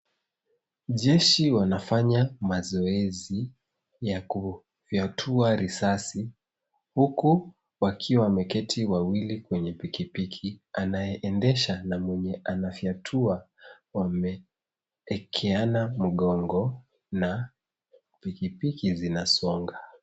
Jeshi wanafanya mazoezi ya kufyatua risasi huku wakiwa wameketi wawili kwenye pikipiki .Anayeendesha na mwenye anafyatua wameekeana mgongo na pikipiki zinasonga.